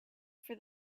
for